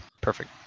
Perfect